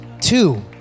Two